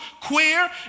queer